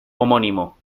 homónimo